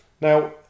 Now